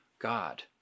God